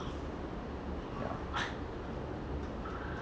ya